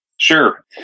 Sure